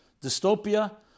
dystopia